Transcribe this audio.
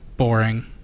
Boring